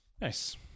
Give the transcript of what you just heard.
Nice